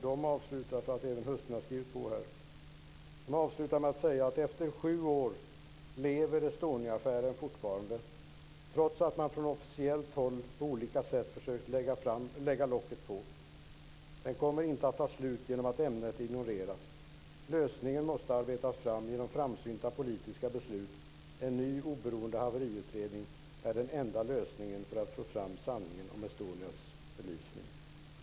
De avslutar brevet så här: "Efter sju år lever 'Estoniaaffären' fortfarande trots att man från officiellt håll på olika sätt försökt lägga locket på, den kommer inte att ta slut genom att ämnet ignoreras. Lösningen måste arbetas fram genom framsynta politiska beslut. En ny oberoende haveriutredning är den enda lösningen att få fram sanningen om Estonias förlisning."